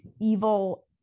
evil